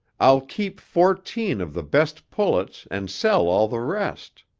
i'll keep fourteen of the best pullets and sell all the rest.